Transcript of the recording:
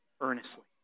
earnestly